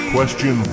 Question